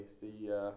see